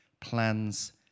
plans